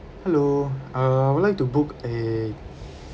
hello uh I would like to book a